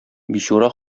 бичура